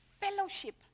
fellowship